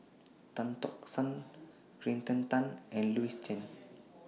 Tan Tock San Kirsten Tan and Louis Chen